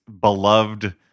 beloved